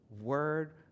word